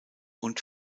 und